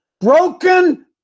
Broken